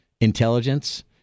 intelligence